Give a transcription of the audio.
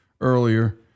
earlier